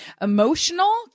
emotional